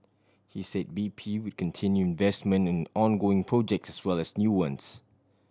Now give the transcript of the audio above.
he said B P would continue investment in ongoing projects as well as new ones